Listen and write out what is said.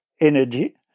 energy